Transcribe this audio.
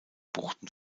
buchten